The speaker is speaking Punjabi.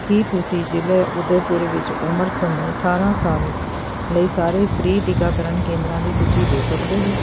ਕੀ ਤੁਸੀਂ ਜ਼ਿਲ੍ਹੇ ਉਦੈਪੁਰ ਵਿੱਚ ਉਮਰ ਸਮੂਹ ਅਠਾਰਾਂ ਸਾਲ ਲਈ ਸਾਰੇ ਫ੍ਰੀ ਟੀਕਾਕਰਨ ਕੇਂਦਰਾਂ ਦੀ ਸੂਚੀ ਦੇ ਸਕਦੇ ਹੋ